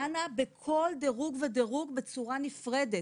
דנה בכל דירוג ודירוג בצורה נפרדת,